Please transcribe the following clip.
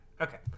okay